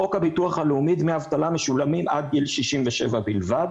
חוק הביטוח הלאומי דמי אבטלה משולמים עד גיל 67 בלבד.